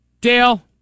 Dale